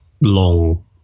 long